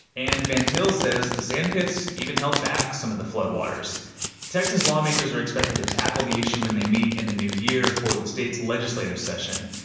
and van til said the sand pits even held back some of the floodwaters texas lawmakers are expected to tackle the issue when they meet in the new year for the state's legislative session.